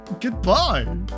goodbye